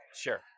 Sure